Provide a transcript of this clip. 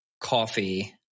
coffee